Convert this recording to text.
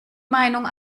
meinung